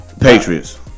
Patriots